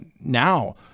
now